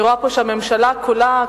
אני רואה שהממשלה כולה,